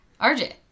rj